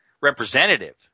representative